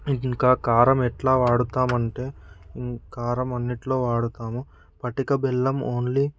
ఇంకా కారం ఎట్లా వాడుతాం అంటే కారం అన్నింటిలో వాడుతాము పట్టిక బెల్లం ఓన్లీ